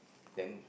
then